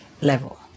level